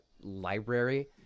library